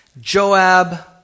Joab